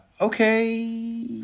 Okay